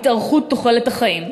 עלייה בתוחלת החיים.